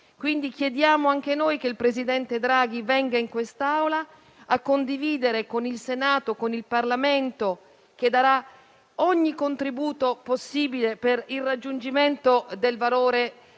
Quindi, chiediamo anche noi che il presidente Draghi venga in quest'Aula a condividere le idee del Governo con il Senato, che darà ogni contributo possibile per il raggiungimento del valore